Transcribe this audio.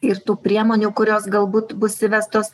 ir tų priemonių kurios galbūt bus įvestos